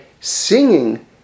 singing